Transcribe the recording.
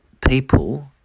people